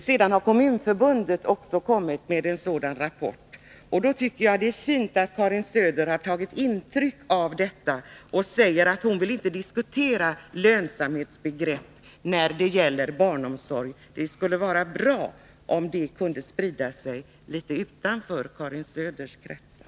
Sedan har också Kommunförbundet kommit med en sådan rapport. Då är det fint att Karin Söder har tagit intryck av detta och säger att hon inte vill diskutera lönsamhetsbegrepp när det gäller barnomsorg. Det skulle vara bra om det kunde sprida sig utanför Karin Söders kretsar.